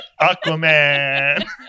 Aquaman